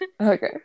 okay